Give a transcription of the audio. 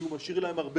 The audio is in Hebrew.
כסף.